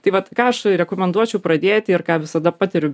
tai vat ką aš rekomenduočiau pradėti ir ką visada patariu